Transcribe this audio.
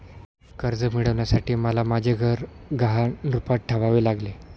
कर्ज मिळवण्यासाठी मला माझे घर गहाण रूपात ठेवावे लागले